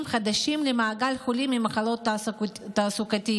חדשים למעגל החולים במחלות תעסוקתיות.